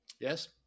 Yes